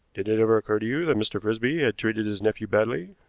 did it ever occur to you that mr. frisby had treated his nephew badly?